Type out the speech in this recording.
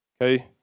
okay